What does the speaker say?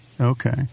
Okay